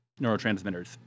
neurotransmitters